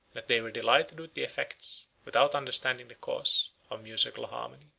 that they were delighted with the effects, without understanding the cause, of musical harmony.